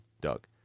Doug